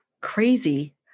crazy